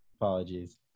Apologies